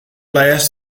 lêst